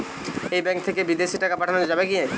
এই ব্যাঙ্ক থেকে বিদেশে টাকা পাঠানো যাবে কিনা?